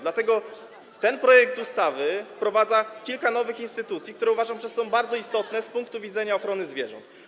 Dlatego ten projekt ustawy wprowadza kilka nowych instytucji, które, uważam, są bardzo istotne z punktu widzenia ochrony zwierząt.